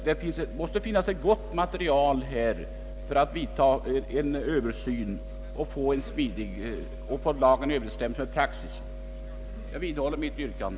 Därför måste det finnas ett gott material som grund vid en översyn för att få lagen i överensstämmelse med praxis. Jag vidhåller mitt yrkande.